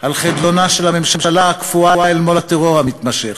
על חדלונה של הממשלה הקפואה אל מול הטרור המתמשך.